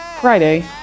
Friday